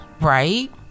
Right